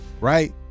Right